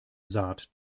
saat